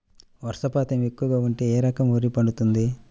వర్షపాతం ఎక్కువగా ఉంటే ఏ రకం వరి పండుతుంది?